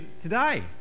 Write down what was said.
today